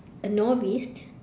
a novice